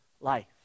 life